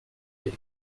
weg